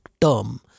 term